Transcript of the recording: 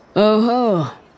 Oh-ho